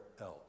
else